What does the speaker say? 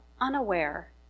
unaware